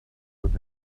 could